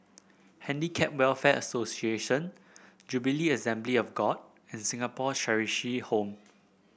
Handicap Welfare Association Jubilee Assembly of God and Singapore Home